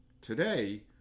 Today